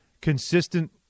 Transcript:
consistent